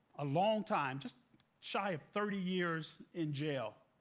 a long time, just shy of thirty years in jail.